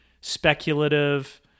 speculative